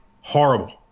horrible